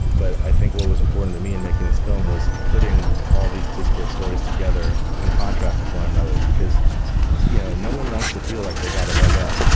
but i think what was important to me in making this film was putting all these disparate stories together in contrast with one another, because you know no one wants to feel like they got a leg up.